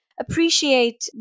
appreciate